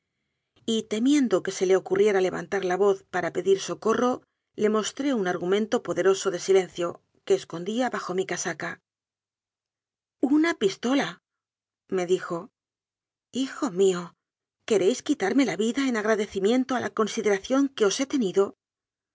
temiendo que se le ocurrie ra levantar la voz para pedir socorro le mostré un argumento poderoso de silencio que escondía bajo mi casaca una pistola me dijo hijo mío queréis quitarme la vida en agradecimiento a la consideración que os he tenido dios